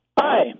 Hi